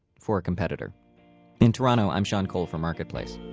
for a competitor in toronto, i'm sean cole for marketplace